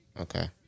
Okay